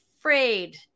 afraid